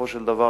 בסופו של דבר,